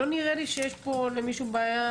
לא נראה לי שיש פה למישהו בעיה